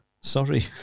Sorry